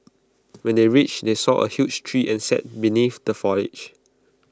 when they reached they saw A huge tree and sat beneath the foliage